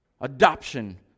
adoption